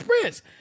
Prince